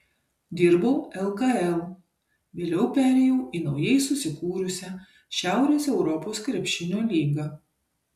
dirbau lkl vėliau perėjau į naujai susikūrusią šiaurės europos krepšinio lygą